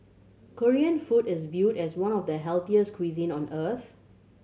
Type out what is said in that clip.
Korean food is viewed as one of the healthiest cuisine on earth